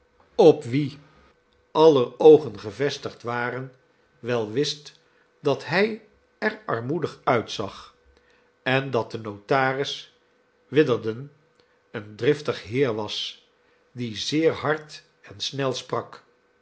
op wien aller oogen gevestigd waren wel wist dat hij er armoedig uitzag en dat de notaris witherden een driftig heer was die zeer hard en snel sprak